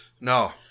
no